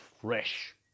fresh